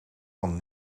van